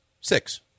Six